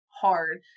hard